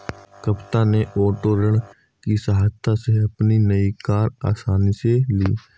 कविता ने ओटो ऋण की सहायता से अपनी नई कार आसानी से ली